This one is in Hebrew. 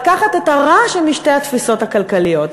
לקחת את הרע משתי התפיסות הכלכליות,